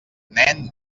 nen